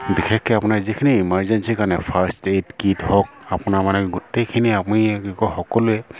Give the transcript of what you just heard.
বিশেষকৈ আপোনাৰ যিখিনি ইমাৰ্জেঞ্চিৰ কাৰণে ফাৰ্ষ্ট এইড কীট হওক আপোনাৰ মানে গোটেইখিনি আমি কি কয় সকলোৱে